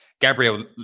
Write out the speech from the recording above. Gabriel